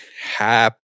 happy